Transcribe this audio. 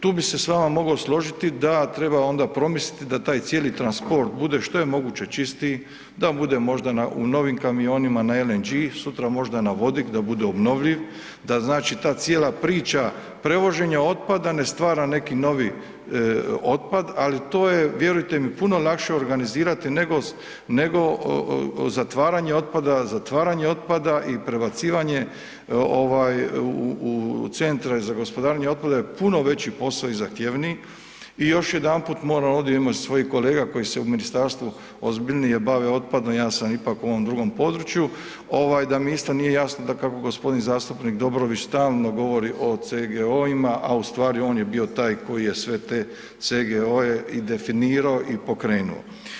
Tu bi se s vama mogao složiti da treba onda promisliti da taj cijeli transport bude, što je moguće čistiji, da bude možda u novim kamionima na LNG, sutra možda na vodik, da bude obnovljiv, da znači ta cijela priča prevoženja otpada ne stvara neki novi otpad, ali to je, vjerujte mi puno lakše organizirati nego zatvaranje otpada, zatvaranja otpada i prebacivanje u centre za gospodarenje otpadom je puno veći posao i zahtjevniji i još jedanput moram ovdje, imam svojih kolega koji se u ministarstvu ozbiljnije bave otpadom, ja sam ipak u ovom drugom području, ovaj da mi isto nije jasno kako g. zastupnik Dobrović stalno govori o CGO-ima, a ustvari on je bio taj koji je sve te CGO-e i definirao i pokrenuo.